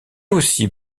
aussi